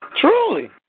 Truly